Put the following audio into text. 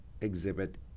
exhibit